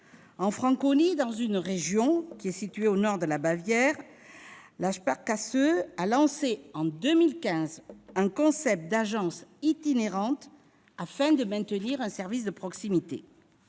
En Franconie, région située au nord de la Bavière, la a lancé en 2015 un concept d'agence itinérante, afin de maintenir un service de proximité.